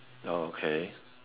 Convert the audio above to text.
okay